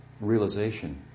realization